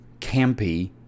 campy